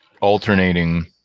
alternating